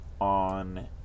on